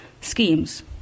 schemes